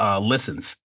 listens